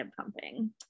pumping